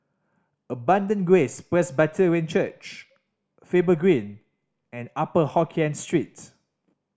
Abundant Grace Presbyterian Church Faber Green and Upper Hokkien Street